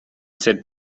said